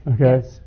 Okay